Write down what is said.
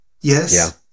Yes